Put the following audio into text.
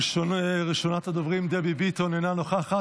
ראשונת הדוברים דבי ביטון, אינה נוכחת.